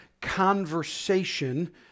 conversation